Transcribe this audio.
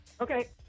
Okay